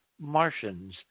Martians